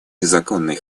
незаконный